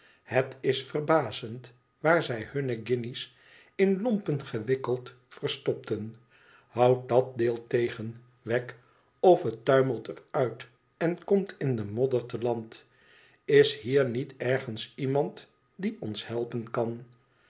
het is verbazend waar zij hunne guinjes in lompen gewikkeld verstopten houd dat deel tegen wegg of het tuimelt er uit en komt in de modder te land is hier niet ergens iemand die ons helpen kan